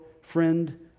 friend